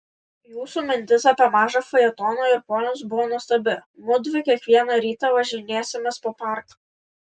jūsų mintis apie mažą fajetoną ir ponius buvo nuostabi mudvi kiekvieną rytą važinėsimės po parką